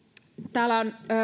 täällä on